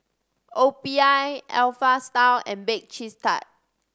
O P I Alpha Style and Bake Cheese Tart